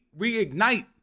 reignite